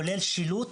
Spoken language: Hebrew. כולל שילוט.